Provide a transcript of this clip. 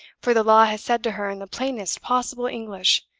for the law has said to her in the plainest possible english,